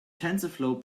tensorflow